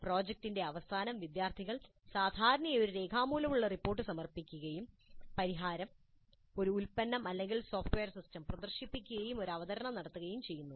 പ്രോജക്റ്റിന്റെ അവസാനം വിദ്യാർത്ഥികൾ സാധാരണയായി ഒരു രേഖാമൂലമുള്ള റിപ്പോർട്ട് സമർപ്പിക്കുകയും പരിഹാരം ഒരു ഉൽപ്പന്നം അല്ലെങ്കിൽ ഒരു സോഫ്റ്റ്വെയർ സിസ്റ്റം പ്രദർശിപ്പിക്കുകയും ഒരു അവതരണം നടത്തുകയും ചെയ്യുന്നു